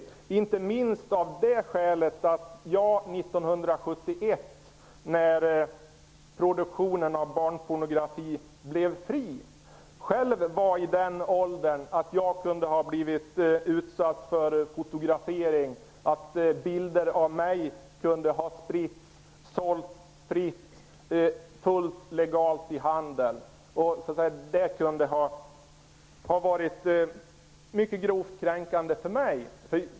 Detta är inte minst av det skälet att jag 1971, när produktionen av barnpornografi blev fri, var i den åldern att jag kunde ha blivit utsatt för fotografering, att bilder av mig kunde ha spridits, sålts fritt, fullt legalt i handeln. Det kunde ha varit mycket grovt kränkande för mig.